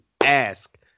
ask